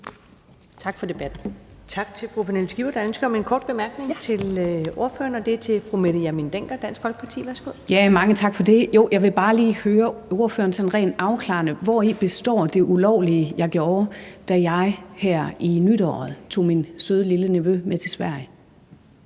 Tak for debatten.